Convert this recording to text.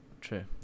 true